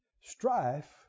strife